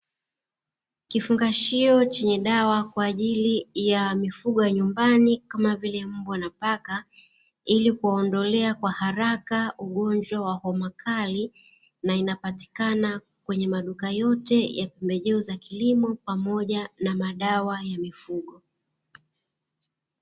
Kifungashio chenye dawa kwa ajili ya mifugo ya nyumbani kama vile mbwa na paka, ili kuwaondolea kwa haraka ugonjwa wa homa kali. Na inapatikana kwenye maduka yote ya pembejeo za kilimo pamoja na madawa ya mifugo.